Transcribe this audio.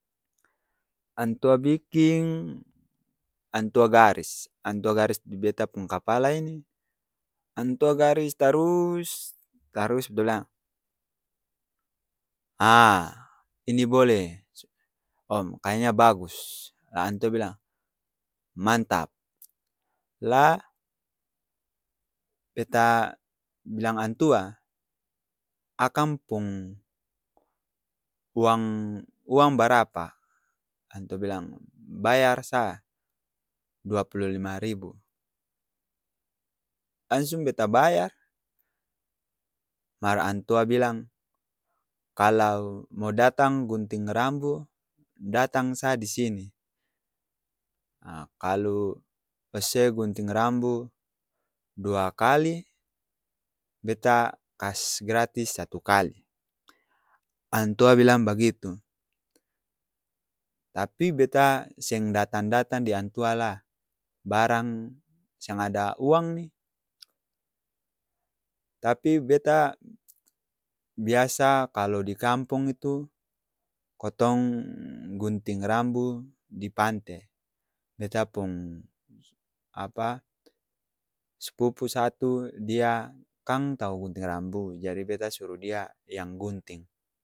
Antua biking, antua garis, antua garis di beta pung kapala ini, antua garis tarus tarus b'lang aa ini bole, om kaya nya bagus la antua bilang, maantap la beta bilang antua akang pung uang uang-barapa? Antua bilang, bayar sa dua pulu lima ribu langsung beta bayar mar antua bilang, kalao mo datang gunting rambu, datang sa disini aa kalu ose gunting rambu dua kali beta kas gratis satu kali antua bilang bagitu, tapi beta seng datang-datang di antua la', barang seng ada uang ni tapi beta biasa kalo di kampong itu, kotong gunting rambu di pante beta pung apa? Sepupu satu dia kang tau gunting rambu, jadi beta suru dia' yang gunting.